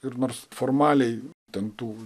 ir nors formaliai ten tų